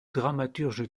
dramaturge